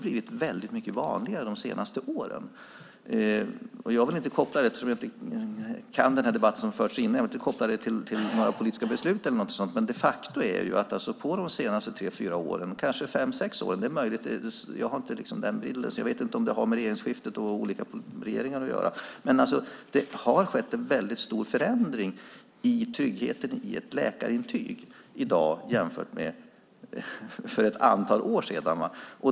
Eftersom jag inte kan debatten som har förts tidigare vill jag inte koppla detta till några politiska beslut, men de facto har det under de senaste 3-6 åren - jag har inte bilden, och jag vet inte om det har med regeringsskiftet och olika regeringar att göra - skett en stor förändring i tryggheten i ett läkarintyg i dag jämfört med för ett antal år sedan.